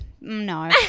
no